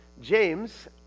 James